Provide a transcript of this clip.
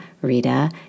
Rita